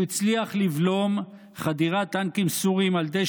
הוא הצליח לבלום חדירת טנקים סורים על ידי